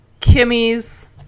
Kimmy's